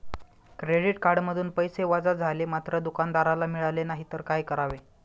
Credit कार्डमधून पैसे वजा झाले मात्र दुकानदाराला मिळाले नाहीत तर काय करावे?